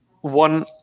one